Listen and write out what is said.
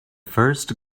first